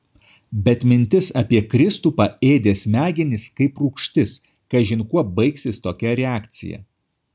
bet mintis apie kristupą ėdė smegenis kaip rūgštis kažin kuo baigsis tokia reakcija